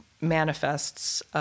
manifests